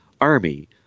Army